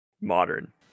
Modern